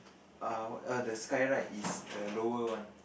err the sky ride is the lower one